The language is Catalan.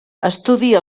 estudia